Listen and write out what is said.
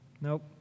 Nope